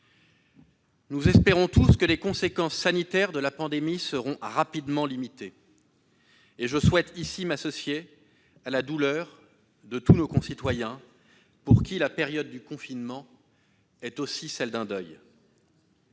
Nous espérons tous que les conséquences sanitaires de la pandémie seront rapidement limitées, et je souhaite ici m'associer à la douleur de tous nos concitoyens pour qui la période du confinement est aussi celle d'un deuil.